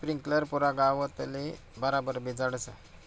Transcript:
sprinkler पुरा गावतले बराबर भिजाडस